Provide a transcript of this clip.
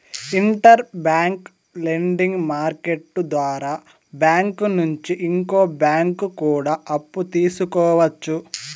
inter bank lending market ద్వారా bank నుంచి ఇంకో బ్యాంకు కూడా అప్పు తీసుకోవచ్చు